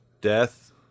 Death